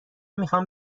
میخوام